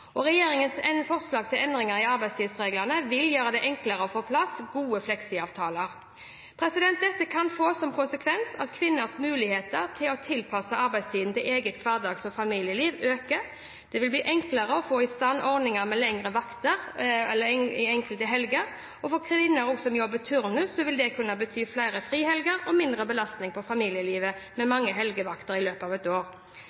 Regjeringens forslag til endringer i arbeidstidsreglene vil gjøre det enklere å få på plass gode fleksitidsavtaler. Dette kan få som konsekvens at kvinners muligheter til å tilpasse arbeidstiden til eget hverdags- og familieliv øker. Det vil bli enklere å få i stand ordninger med lengre vakter enkelte helger. For kvinner som jobber turnus, vil det kunne bety flere frihelger og mindre belastning på familielivet med mange helgevakter i løpet av et år.